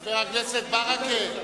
חבר הכנסת ברכה,